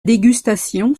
dégustation